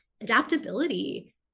adaptability